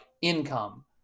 income